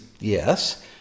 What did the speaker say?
yes